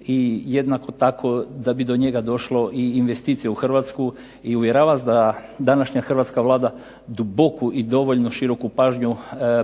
i jednako tako da bi do njega došlo i investicije u Hrvatsku. I uvjeravam vas da današnja hrvatska Vlada duboku i dovoljno široku pažnju